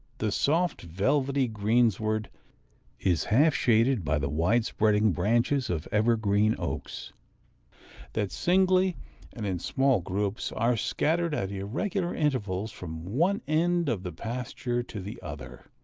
the soft, velvety greensward is half-shaded by the wide-spreading branches of evergreen oaks that singly and in small groups are scattered at irregular intervals from one end of the pasture to the other,